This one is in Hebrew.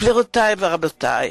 גבירותי ורבותי,